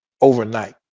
overnight